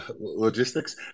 logistics